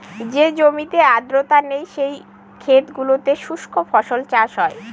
যে জমিতে আর্দ্রতা নেই, সেই ক্ষেত গুলোতে শুস্ক ফসল চাষ হয়